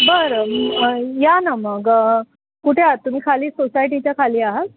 बरं या ना मग कुठे आ तुम्ही खाली सोसायटीच्या खाली आहात